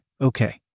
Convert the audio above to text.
Okay